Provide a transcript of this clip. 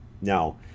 now